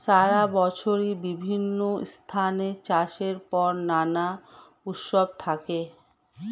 সারা বছরই বিভিন্ন স্থানে চাষের পর নানা উৎসব থাকে